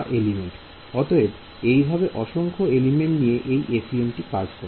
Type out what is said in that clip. অতএব এইভাবে অসংখ্য এলিমেন্ট নিয়ে এই FEM টি কাজ করে